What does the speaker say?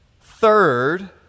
Third